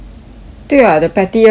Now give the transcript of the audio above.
对 [what] the pettiest mah